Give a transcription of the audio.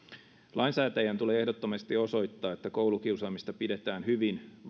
lainsäätäjän tulee ehdottomasti osoittaa että koulukiusaamista pidetään hyvin